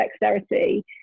dexterity